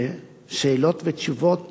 ושאלות ותשובות